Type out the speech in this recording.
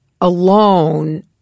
alone